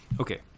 Okay